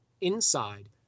inside